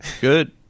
Good